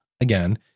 again